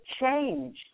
change